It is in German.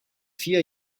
vier